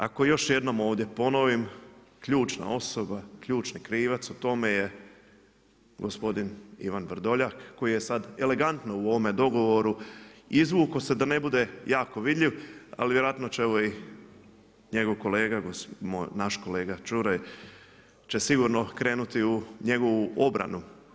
Ako još jednom ponovim, ključna osoba, ključni krivac o tome je gospodin Ivan Vrdoljak koji je sada elegantno u ovome dogovoru izvukao se da ne bude jako vidljiv ali vjerojatno će evo i njegov kolega, naš kolega Čuraj će sigurno krenuti u njegovu obranu.